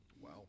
Wow